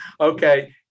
Okay